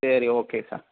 சரி okay sir